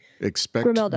Expect